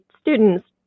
students